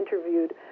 interviewed